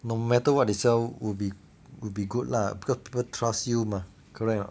no matter what they sell would be good lah because people trust you mah correct or not